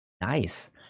Nice